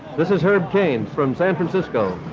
this is herb gains from san francisco,